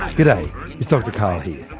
you know it's dr karl here.